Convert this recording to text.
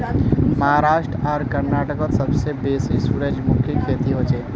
महाराष्ट्र आर कर्नाटकत सबसे बेसी सूरजमुखीर खेती हछेक